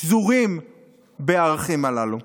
שזורים בערכים הללו.